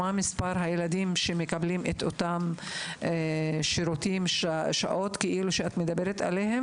מה מספר הילדים שמקבלים את אותן שעות ושירותים עליהן את מדברת?